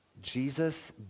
Jesus